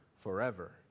forever